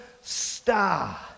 star